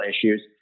issues